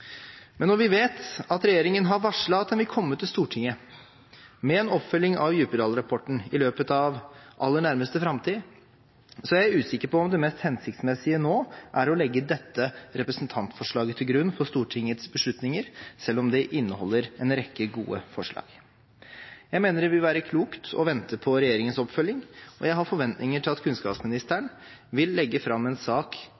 Men når vi vet at regjeringen har varslet at den vil komme til Stortinget med en oppfølging av Djupedal-rapporten i løpet av den aller nærmeste framtid, er jeg usikker på om det mest hensiktsmessige nå er å legge dette representantforslaget til grunn for Stortingets beslutninger, selv om det inneholder en rekke gode forslag. Jeg mener det vil være klokt å vente på regjeringens oppfølging, og jeg har forventninger til at kunnskapsministeren vil legge fram en sak